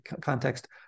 context